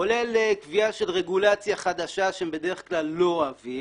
כולל קביעה של רגולציה חדשה שהם בדרך כלל לא אוהבים,